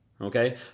okay